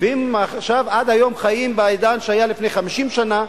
והם עד היום חיים בעידן שהיה לפני 50 שנה,